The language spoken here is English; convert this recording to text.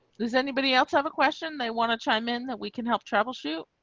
does anybody else have a question they want to chime in that we can help troubleshoot